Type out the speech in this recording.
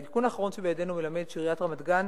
העדכון האחרון שבידנו מלמד שעיריית רמת-גן